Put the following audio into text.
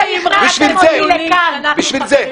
בושה וחרפה.